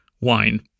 wine